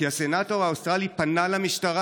כי הסנטור האוסטרלי פנה למשטרה.